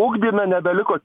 ugdyme nebeliko